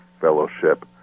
fellowship